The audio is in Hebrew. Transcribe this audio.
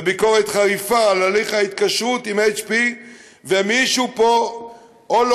וביקורת חריפה על הליך ההתקשרות עם HP. מישהו פה או לא